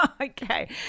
Okay